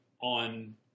on